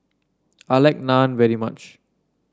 I like Naan very much